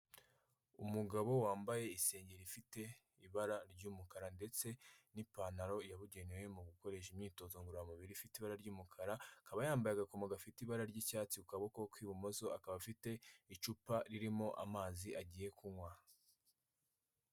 Umugabo wambaye isengeri ifite ibara ry'umukara ndetse n'ipantaro yabugenewe mu gukoresha imyitozo ngororamubiri ifite ibara ry'umukara akaba yambaye agakomo gafite ibara ry'icyatsi ku kaboko kw'ibumoso akaba afite icupa ririmo amazi agiye kunywa.